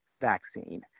vaccine